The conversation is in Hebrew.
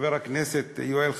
לחבר הכנסת יואל חסון,